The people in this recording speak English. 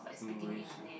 English ah